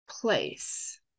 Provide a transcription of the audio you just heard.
place